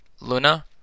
Luna